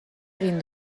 egin